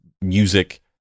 music